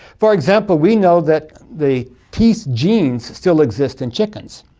for example, we know that the teeth genes still exist in chickens.